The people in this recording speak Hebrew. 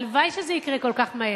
הלוואי שזה יקרה כל כך מהר.